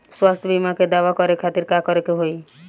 स्वास्थ्य बीमा के दावा करे के खातिर का करे के होई?